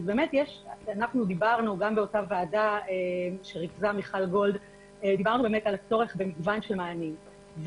אנחנו דיברנו באותה ועדה שריכזה מיכל גולד על הצורך במגוון של מענים.